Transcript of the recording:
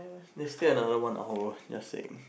there's still another one hour just saying